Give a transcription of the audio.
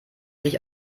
sich